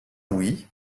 louis